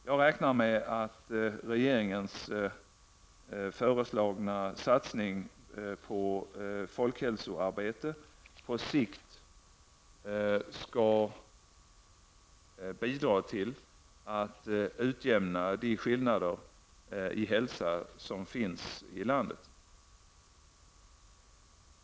Jag räknar med att regeringens föreslagna satsning på folkhälsoarbete på sikt skall bidra till att utjämna de skillnader i hälsa som finns i landet.